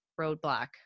roadblock